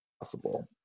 possible